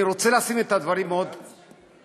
אני רוצה לשים את הדברים מאוד בבירור.